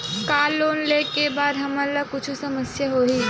का लोन ले के बाद हमन ला कुछु समस्या होही?